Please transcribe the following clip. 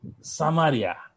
Samaria